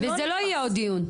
וזה לא יהיה עוד דיון.